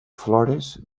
flores